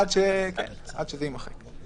עד שזה יימחק.